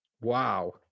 Wow